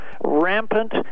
rampant